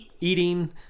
eating